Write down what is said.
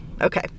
Okay